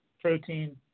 protein